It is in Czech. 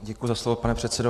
Děkuji za slovo, pane předsedo.